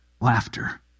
laughter